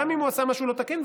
גם אם הוא עשה משהו לא תקין,